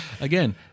Again